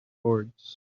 boards